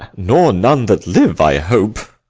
nor none that live, i hope.